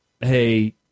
hey